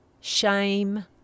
shame